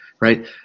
right